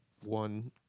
One